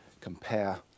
compare